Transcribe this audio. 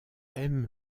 aime